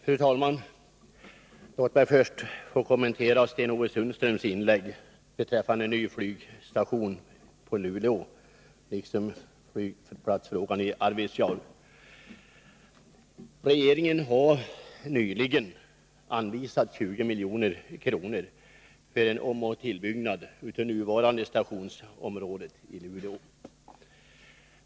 Fru talman! Låt mig först få kommentera Sten-Ove Sundströms inlägg beträffande ny flygstation i Luleå och flygplatsfrågan i Arvidsjaur. Regeringen har nyligen anvisat 20 milj.kr. för omoch tillbyggnad av nuvarande stationshus i Luleå.